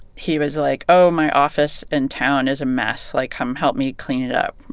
he was like, oh, my office in town is a mess like, come help me clean it up.